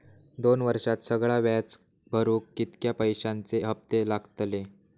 दोन वर्षात सगळा व्याज भरुक कितक्या पैश्यांचे हप्ते लागतले?